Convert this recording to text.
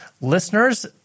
Listeners